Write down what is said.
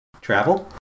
Travel